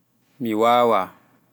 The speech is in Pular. Mi wawaa